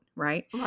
right